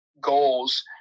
goals